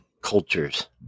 cultures